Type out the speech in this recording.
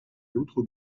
l’autre